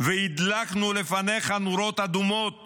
והדלקנו לפניך נורות אדומות